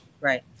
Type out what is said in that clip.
Right